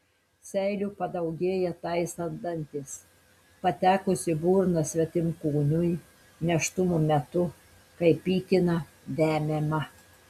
seilių padaugėja taisant dantis patekus į burną svetimkūniui nėštumo metu kai pykina vemiama